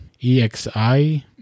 EXI